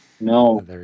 No